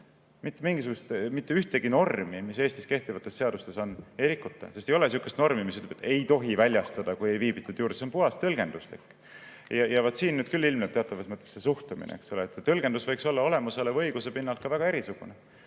õigust ei rikuta. Mitte ühtegi normi, mis Eestis kehtivates seadustes on, ei rikuta, sest ei ole sihukest normi, mis ütleks, et ei tohi väljastada, kui ei viibitud juures. See on puhtalt tõlgenduslik. Ja siin on nüüd küll ilmselt teatavas mõttes see suhtumine, eks ole. Tõlgendus võiks olla olemasoleva õiguse pinnalt ka väga erisugune.